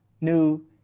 new